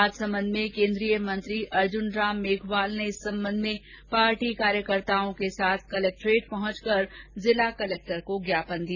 राजसमन्द में केन्द्रीय मंत्री अर्जुनराम मेघवाल ने इस संबंध में पार्टी कार्यकर्ताओं के साथ कलेक्ट्रेट पहुंचकर जिला कलेक्टर को ज्ञापन दिया